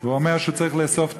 הוא אומר שצריך לאסוף תרומות.